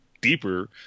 deeper